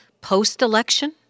post-election